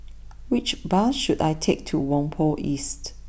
which bus should I take to Whampoa East